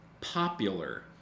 popular